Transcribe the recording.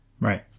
Right